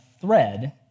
thread